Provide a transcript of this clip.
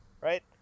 Right